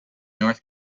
north